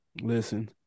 Listen